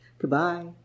goodbye